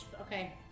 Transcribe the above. Okay